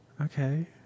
Okay